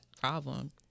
problem